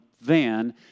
van